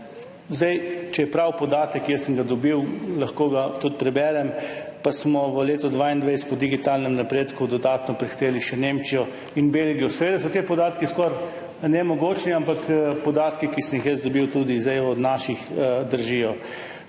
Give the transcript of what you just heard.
Če je podatek pravi, jaz sem ga dobil, lahko ga tudi preberem, pa smo v letu 2022 po digitalnem napredku dodatno prehiteli še Nemčijo in Belgijo. Seveda so ti podatki skoraj nemogoči, ampak podatki, ki sem jih jaz dobil, tudi zdaj od naših, držijo.